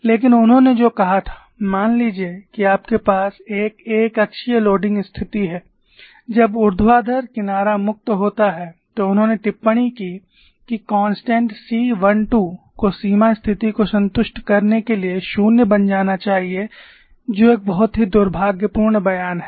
लेकिन उन्होंने जो कहा था मान लीजिए कि आपके पास एक एक अक्षीय भार स्थिति है जब ऊर्ध्वाधर किनारा मुक्त होता है तो उन्होंने टिप्पणी की कि कांस्टेंट C 1 2 को सीमा स्थिति को संतुष्ट करने के लिए 0 बन जाना चाहिए जो एक बहुत ही दुर्भाग्यपूर्ण बयान है